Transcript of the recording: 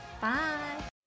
Bye